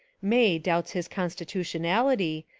may doubts his constitutionality,